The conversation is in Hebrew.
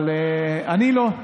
אבל אני לא,